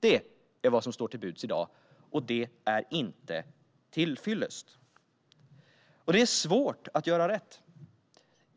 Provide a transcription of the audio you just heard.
Detta är vad som står till buds i dag, och det är inte till fyllest. Det är svårt att göra rätt.